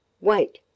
Wait